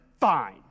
Fine